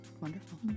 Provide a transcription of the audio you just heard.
Wonderful